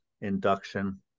induction